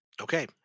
Okay